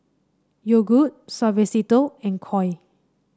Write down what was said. Yogood Suavecito and Koi